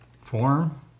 form